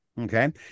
Okay